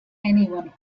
anyone